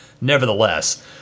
nevertheless